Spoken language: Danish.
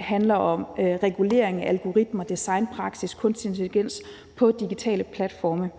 handler om regulering, algoritmer, designpraksis og kunstig intelligens på digitale platforme.